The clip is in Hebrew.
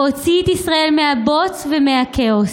הוא הוציא את ישראל מהבוץ ומהכאוס.